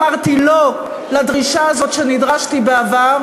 אמרתי לא לדרישה הזאת שנדרשתי בעבר,